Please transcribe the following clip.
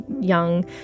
young